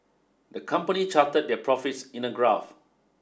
the company charted their profits in a graph